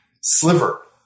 sliver